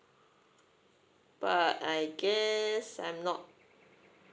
but I guess I'm not